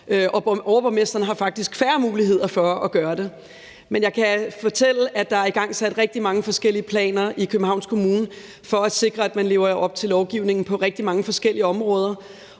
og overborgmesteren har faktisk færre muligheder for at gøre det. Men jeg kan fortælle, at der er igangsat rigtig mange forskellige planer i Københavns Kommune for at sikre, at man lever op til lovgivningen på rigtig mange forskellige områder.